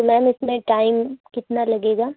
تو میم اس میں ٹائم کتنا لگے گا